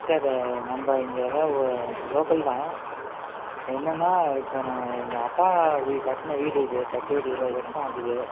sir நம்ம இங்கே எதாவது ஒ இங்கே லோக்கல் தான் என்னென்னால் இப்போ நான் எங்கள் அப்பா வீடு கட்டின வீடு இது கட்டி ஒரு இருபது வருஷம் ஆகுது